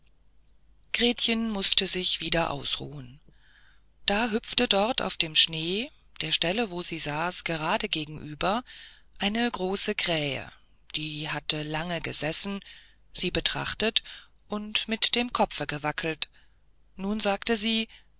gretchen mußte wieder ausruhen da hüpfte dort auf dem schnee der stelle wo sie saß gerade gegenüber eine große krähe die hatte lange gesessen sie betrachtet und mit dem kopfe gewackelt nun sagte sie